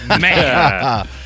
Man